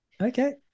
okay